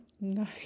No